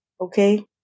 okay